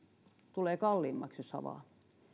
tulee kalliimmaksi jos avaa